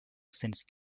since